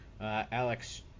Alex